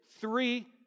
three